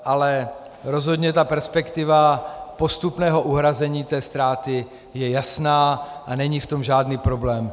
Ale rozhodně perspektiva postupného uhrazení ztráty je jasná a není v tom žádný problém.